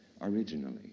originally